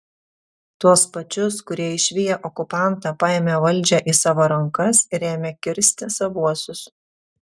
tuos pačius kurie išviję okupantą paėmė valdžią į savo rankas ir ėmė kirsti savuosius